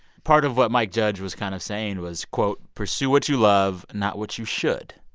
part of what mike judge was kind of saying was, quote, pursue what you love, not what you should.